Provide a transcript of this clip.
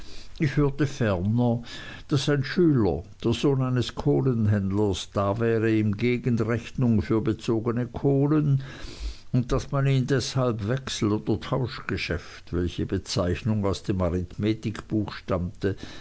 ich hörte ferner daß ein schüler der sohn eines kohlenhändlers da wäre in gegenrechnung für bezogene kohlen und daß man ihn deshalb wechsel oder tauschgeschäft welche bezeichnung aus dem arithmetikbuch stammte